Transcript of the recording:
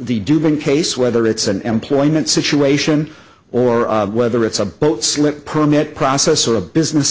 the dubin case whether it's an employment situation or whether it's a boat slip permit process or a business